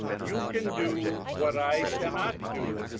you can do what i cannot do.